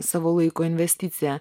savo laiko investiciją